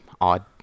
odd